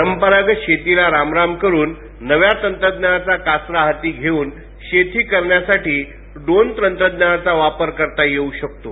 परंपरागत शेतीला रामराम करून नव्या तंत्रज्ञानाचा कासरा हाती घेऊन शेती करण्यासाठी ड्रोन तंत्रज्ञानाचा वापर करता येऊ शकतो